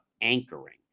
anchoring